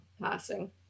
passing